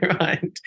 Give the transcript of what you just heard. right